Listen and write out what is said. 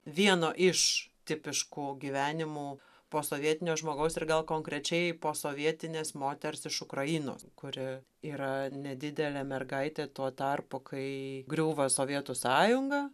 vieno iš tipiškų gyvenimų posovietinio žmogaus ir gal konkrečiai posovietinės moters iš ukrainos kuri yra nedidelė mergaitė tuo tarpu kai griūva sovietų sąjunga